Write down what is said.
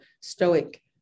stoic